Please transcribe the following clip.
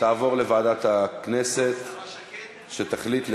אומרת שמופיע במסכים חוק הנוער.